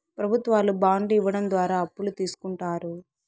ప్రభుత్వాలు బాండ్లు ఇవ్వడం ద్వారా అప్పులు తీస్కుంటారు